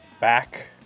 back